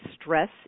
stress